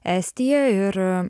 estija ir